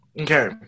Okay